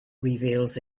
reveals